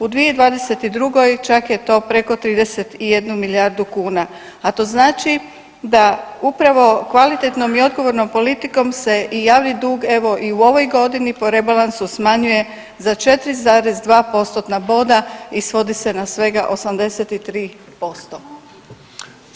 U 2022. čak je to preko 31 milijardu kuna, a to znači da upravo kvalitetnom i odgovornom politikom se i javni dug evo i u ovoj godini po rebalansu smanjuje za 4,2 postotna boda i svodi se svega na 83%